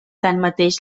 tanmateix